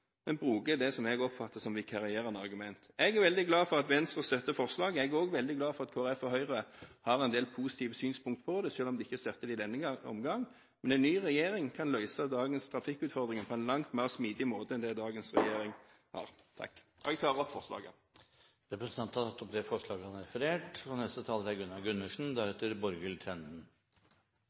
men bruker det jeg oppfatter som vikarierende argument. Jeg er veldig glad for at Venstre støtter forslaget. Jeg er også veldig glad for at Kristelig Folkeparti og Høyre har en del positive synspunkter på det, selv om de ikke støtter det i denne omgang. Men en ny regjering kan løse dagens trafikkutfordringer på en langt mer smidig måte enn dagens regjering gjør. Jeg tar med dette opp forslaget fra Fremskrittspartiet og Venstre. Representanten Ketil Solvik-Olsen har tatt opp det forslaget han